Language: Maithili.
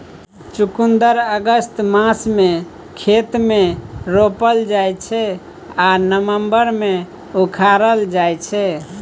चुकंदर अगस्त मासमे खेत मे रोपल जाइ छै आ नबंबर मे उखारल जाइ छै